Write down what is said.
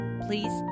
Please